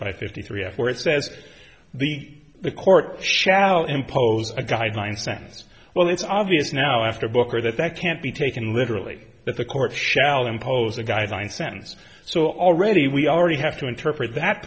five fifty three where it says the the court shall impose a guideline sentence well it's obvious now after booker that that can't be taken literally that the court shall impose a guideline sentence so already we already have to interpret that